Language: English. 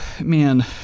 man